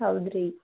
ಹೌದು ರೀ